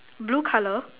blue colour